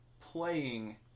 playing